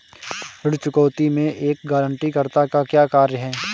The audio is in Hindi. ऋण चुकौती में एक गारंटीकर्ता का क्या कार्य है?